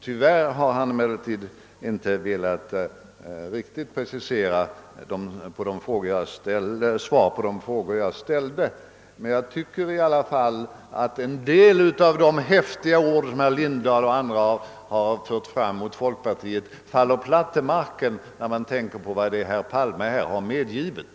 Tyvärr har han inte riktigt velat precisera svaren på de frågor jag ställde, men en del av de häftiga ord som herr Lindahl och andra fört fram mot folkpartiet faller platt till marken när man betänker vad herr Palme här ändå har medgivit.